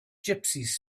gypsies